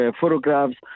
photographs